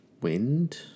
wind